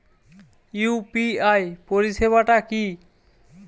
UPI পরিসেবাটা কি?